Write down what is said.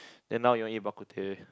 then now you want eat Bak-Kut-Teh